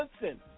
Listen